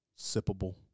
sippable